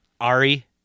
Ari